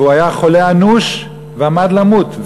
והוא היה חולה אנוש ועמד למות.